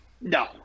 no